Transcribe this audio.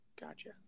Gotcha